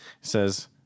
says